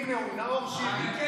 הינה הוא, נאור שירי.